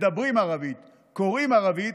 מדברים ערבית, קוראים ערבית,